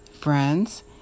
friends